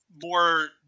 more